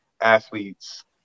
athletes